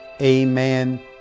Amen